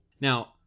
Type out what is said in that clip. Now